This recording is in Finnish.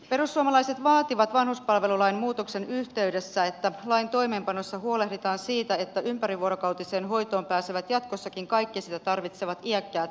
perussuomalaiset vaativat vanhuspalvelulain muutoksen yhteydessä että lain toimeenpanossa huolehditaan siitä että ympärivuorokautiseen hoitoon pääsevät jatkossakin kaikki sitä tarvitsevat iäkkäät henkilöt